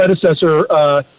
predecessor